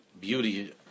beauty